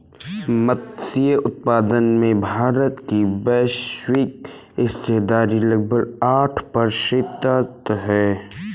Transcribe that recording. मत्स्य उत्पादन में भारत की वैश्विक हिस्सेदारी लगभग आठ प्रतिशत है